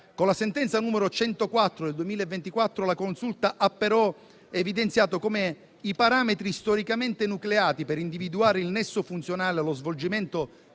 Con la sentenza n. 104 del 2024, la Consulta ha però evidenziato come i parametri storicamente enucleati per individuare il nesso funzionale allo svolgimento